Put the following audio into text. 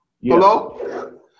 Hello